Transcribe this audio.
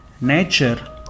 nature